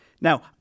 Now